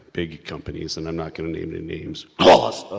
big companies and i'm not gonna name any names. wallace. oh,